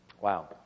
Wow